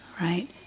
right